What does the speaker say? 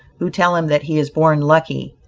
who tell him that he is born lucky,